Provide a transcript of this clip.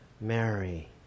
mary